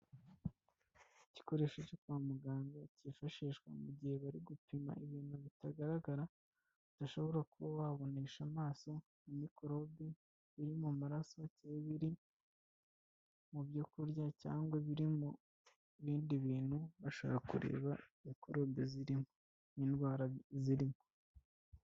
Igikoresho cyo kwa muganga cyifashishwa mu gihe bari gupima ibintu bitagaragara, udashobora kuba wabonesha amaso nka mikorobe biri mu maraso, cyangwa ibiri mu byo kurya cyangwa biri mu bindi bintu bashaka kureba mikorobe zirimo n'indwara zirimo.